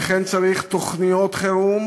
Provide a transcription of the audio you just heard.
ולכן צריך תוכניות חירום